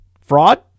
fraud